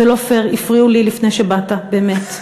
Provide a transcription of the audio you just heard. הפריעו לי לפני שבאת, באמת.